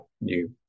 new